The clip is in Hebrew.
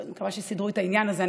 אני מקווה שסידרו את העניין הזה,